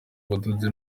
ubudozi